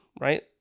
right